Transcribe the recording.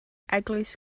eglwys